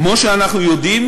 כמו שאנחנו יודעים,